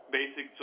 basic